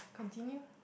continue